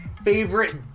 favorite